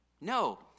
No